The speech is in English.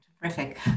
Terrific